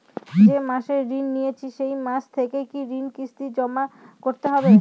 যে মাসে ঋণ নিয়েছি সেই মাস থেকেই কি ঋণের কিস্তি জমা করতে হবে?